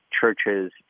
churches